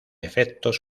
efectos